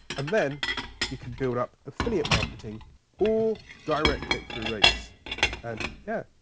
and then you can build up affiliate marketing or direct click through rates and yeah,